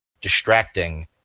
distracting